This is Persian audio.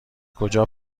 کجا